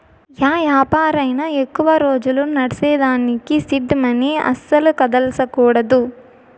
yeah యాపారమైనా ఎక్కువ రోజులు నడ్సేదానికి సీడ్ మనీ అస్సల కదల్సకూడదు